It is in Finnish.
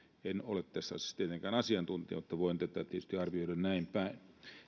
en ole tässä asiassa tietenkään asiantuntija mutta voin tätä tietysti arvioida näin päin